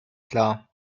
klar